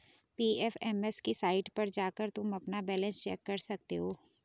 PFMS की site पर जाकर तुम अपना बैलन्स चेक कर सकते हो